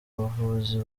bavuzi